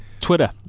twitter